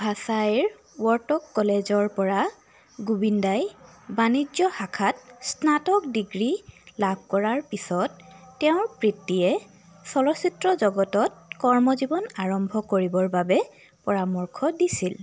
ভাসাইৰ ৱৰ্টক কলেজৰ পৰা গোবিন্দাই বাণিজ্য শাখাত স্নাতক ডিগ্ৰী লাভ কৰাৰ পিছত তেওঁৰ পিতৃয়ে চলচ্চিত্ৰ জগতত কৰ্মজীৱন আৰম্ভ কৰিব বাবে পৰামৰ্শ দিছিল